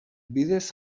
bidez